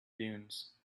dunes